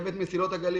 רכבת מסילות הגליל